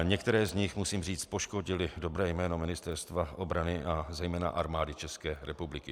Některé z nich, musím říct, poškodily dobré jméno Ministerstva obrany a zejména Armády České republiky.